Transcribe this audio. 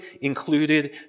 included